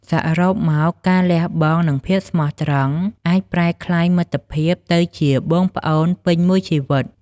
សរុបមក ការលះបង់ និងភាពស្មោះត្រង់អាចប្រែក្លាយមិត្តភាពទៅជាបងប្អូនពេញមួយជីវិត។